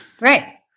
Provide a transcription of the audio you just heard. Right